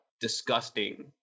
disgusting